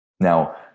Now